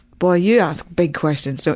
boy, you ask big questions. so